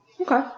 Okay